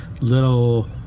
little